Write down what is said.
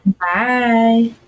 Bye